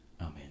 Amen